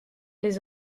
les